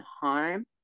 harm